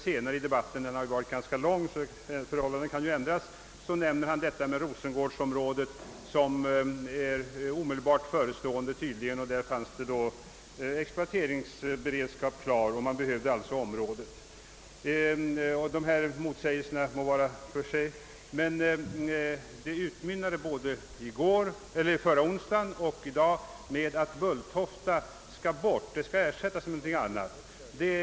Senare i debatten, som ju varat så länge att förhållandena kanske kan förändras under dess lopp, nämner han dock Rosengårds-området, beträffande vilket man tydligen har en omedelbart förestående exploateringsberedskap. Oavsett dessa motsägelser utmynnade herr Svennings anföranden både förra onsdagen och i dag i slutsatsen att Bulltofta måste ersättas med någon annan flygplats.